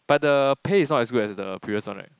but the pay is not as good as the previous one right